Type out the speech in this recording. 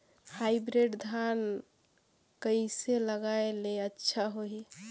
Hybrid धान कइसे लगाय ले अच्छा होही?